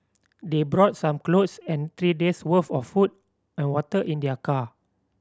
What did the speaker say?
they brought some clothes and three days' worth of food and water in their car